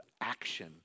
action